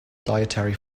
dietary